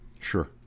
Sure